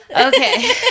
Okay